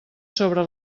sobre